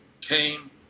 came